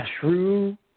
true